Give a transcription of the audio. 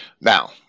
Now